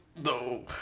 No